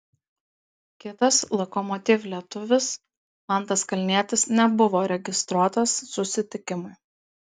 kitas lokomotiv lietuvis mantas kalnietis nebuvo registruotas susitikimui